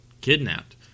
kidnapped